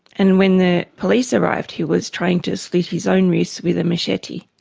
and when the police arrived he was trying to slit his own wrists with a machete.